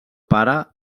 pare